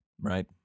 right